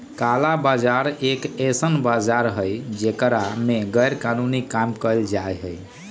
काला बाजार एक ऐसन बाजार हई जेकरा में गैरकानूनी काम कइल जाहई